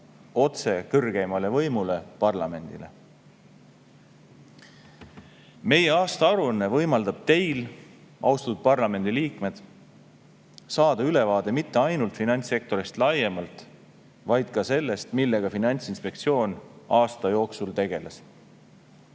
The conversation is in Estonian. otse kõrgeimale võimule, parlamendile. Meie aastaaruanne võimaldab teil, austatud parlamendiliikmed, saada ülevaade mitte ainult finantssektorist laiemalt, vaid ka sellest, millega Finantsinspektsioon aasta jooksul tegeles.